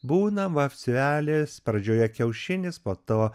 būna vapsvelės pradžioje kiaušinis po to